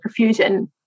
perfusion